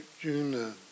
June